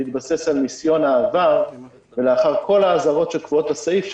בהתבסס על ניסיון העבר ולאחר כל האזהרות שקבועות בסעיף,